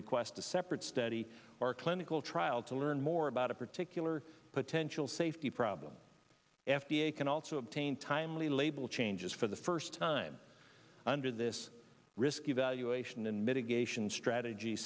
request a separate study or a clinical trial to learn more about a particular potential safety problem f d a can also obtain timely label changes for the first time under this risk evaluation and mitigation strategy